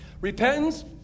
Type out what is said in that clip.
Repentance